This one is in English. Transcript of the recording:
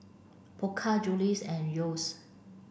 Pokka Julie's and Yeo's